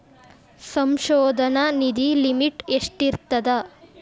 ಸಂಶೋಧನಾ ನಿಧಿ ಲಿಮಿಟ್ ಎಷ್ಟಿರ್ಥದ